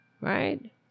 right